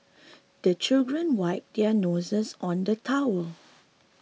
the children wipe their noses on the towel